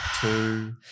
Two